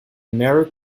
mary